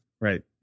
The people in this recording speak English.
Right